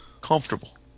Comfortable